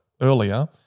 earlier